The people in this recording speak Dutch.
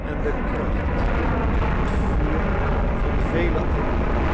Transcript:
en de kracht en het vuur van vele anderen